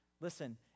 Listen